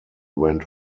went